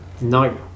No